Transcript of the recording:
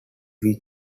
very